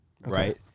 right